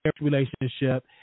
relationship